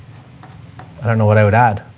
i don't know what i would add.